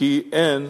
כי אין